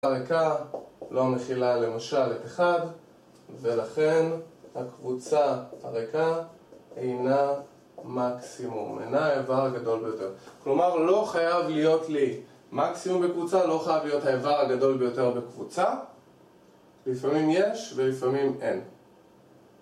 הריקה לא מכילה למשל את אחד ולכן הקבוצה הריקה אינה מקסימום. אינה האיבר הגדול ביותר. כלומר, לא חייב להיות לי מקסימום בקבוצה, לא חייב להיות האיבר הגדול ביותר בקבוצה. לפעמים יש ולפעמים אין